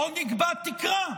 בואו נקבע תקרה.